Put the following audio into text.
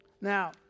Now